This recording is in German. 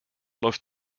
läuft